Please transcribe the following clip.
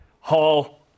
Hall